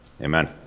Amen